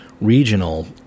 regional